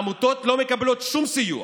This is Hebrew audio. העמותות לא מקבלות שום סיוע.